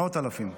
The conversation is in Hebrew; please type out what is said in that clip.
מאות אלפים.